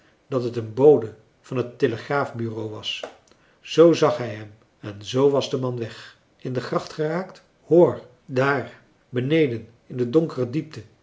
dat het een bode van het telegraafbureau was z zag hij hem en z was de man weg in de gracht geraakt hoor daar beneden in de donkere diepte